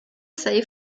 sei